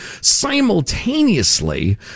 simultaneously